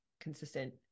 consistent